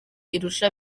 irusha